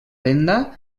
venda